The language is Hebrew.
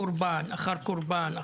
קורבן אחר קורבן,